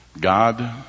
God